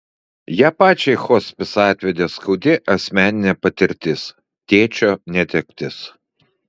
ją pačią į hospisą atvedė skaudi asmeninė patirtis tėčio netektis